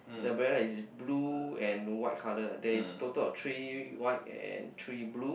the umbrella is blue and white color there is a total of three white and three blue